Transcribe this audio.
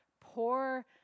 poor